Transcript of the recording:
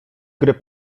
gry